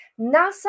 NASA